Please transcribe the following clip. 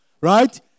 right